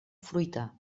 fruita